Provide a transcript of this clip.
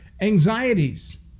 anxieties